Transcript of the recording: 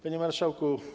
Panie Marszałku!